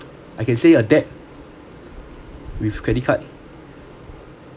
I can say a debt with credit card